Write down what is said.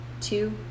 two